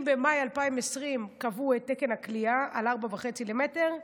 אם במאי 2020 קבעו את תקן הכליאה על 4.5 מטר,